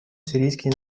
сирийский